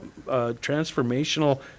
transformational